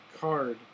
card